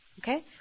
Okay